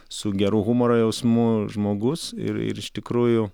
su geru humoro jausmu žmogus ir ir iš tikrųjų